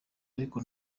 ariko